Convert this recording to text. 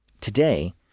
Today